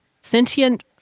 sentient